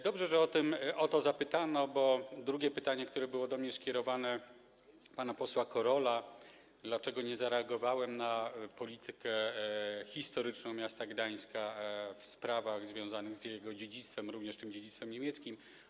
Dobrze, że o to zapytano, bo drugie pytanie, które było do mnie skierowane, pana posła Korola, dlaczego nie zareagowałem na politykę historyczną miasta Gdańska w sprawach związanych z jego dziedzictwem, również tym dziedzictwem niemieckim.